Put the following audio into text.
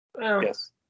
Yes